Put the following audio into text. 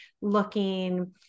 looking